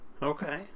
Okay